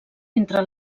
entre